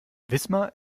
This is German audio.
wismar